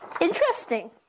Interesting